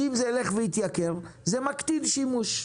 אם זה ילך ויתייקר זה יקטין שימוש,